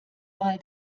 mal